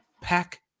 Pack